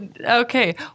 Okay